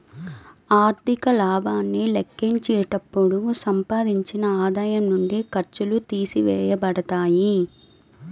ఆర్థిక లాభాన్ని లెక్కించేటప్పుడు సంపాదించిన ఆదాయం నుండి ఖర్చులు తీసివేయబడతాయి